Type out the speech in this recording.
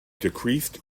decreased